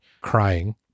crying